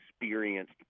experienced